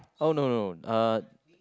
oh no no no uh